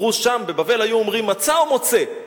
בבבל היו אומרים: "מצא" או "מוצא".